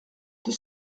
deux